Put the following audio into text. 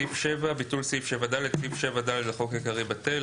ביטול סעיף 7ד 7. סעיף 7ד לחוק העיקרי - בטל.